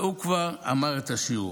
והוא כבר אמר את השיעור.